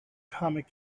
comic